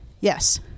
Yes